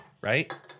Right